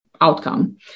outcome